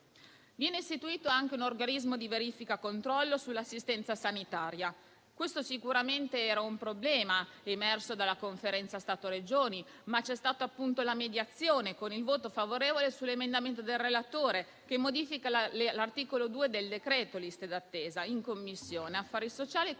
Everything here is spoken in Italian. Viene istituito anche l'Organismo di verifica e controllo sull'assistenza sanitaria. Questo sicuramente era un problema emerso dalla Conferenza Stato-Regioni, ma c'è stata una mediazione, con il voto favorevole sull'emendamento del relatore che modifica l'articolo 2 del decreto-legge liste d'attesa in Commissione affari sociali. Quindi